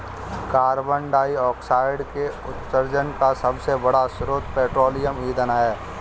carbon dioxide के उत्सर्जन का सबसे बड़ा स्रोत पेट्रोलियम ईंधन है